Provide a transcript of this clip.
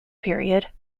period